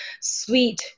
sweet